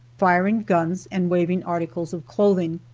firing guns, and waving articles of clothing.